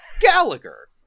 gallagher